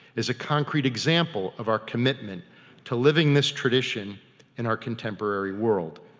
is a concrete example of our commitment to living this tradition in our contemporary world.